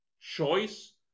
choice